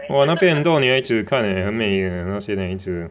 !wah! 那边很多女孩子看 leh 很美 eh 那些女孩子